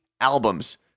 albums